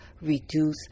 reduce